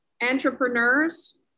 entrepreneurs